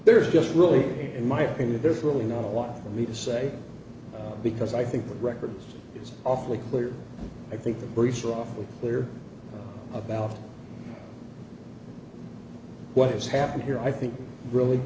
there's just really in my opinion there's really not a lot of me to say because i think the record is awfully clear i think the briefs are off their about what has happened here i think really